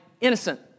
innocent